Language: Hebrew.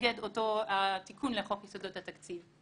נגד אותו תיקון לחוק יסודות התקציב.